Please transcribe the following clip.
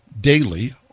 daily